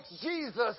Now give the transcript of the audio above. Jesus